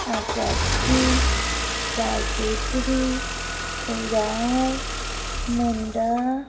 Acharjee Raychaudhuri Oraon Munda